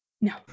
no